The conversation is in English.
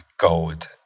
gold